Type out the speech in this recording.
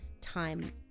time